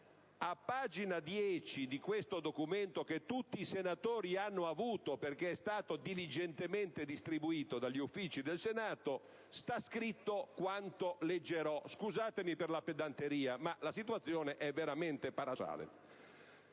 A pagina 10 di questo documento, che tutti i senatori hanno avuto, perché è stato diligentemente distribuito dagli Uffici del Senato, sta scritto quanto leggerò (scusatemi per la pedanteria, ma la situazione è veramente paradossale).